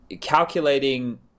calculating